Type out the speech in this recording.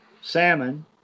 salmon